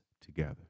together